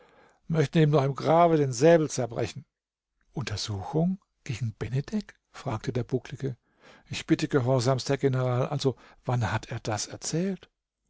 möchten ihm noch im grabe den säbel zerbrechen untersuchung gegen benedek fragte der bucklige ich bitte gehorsamst herr general also wann hat er das erzählt